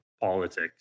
politics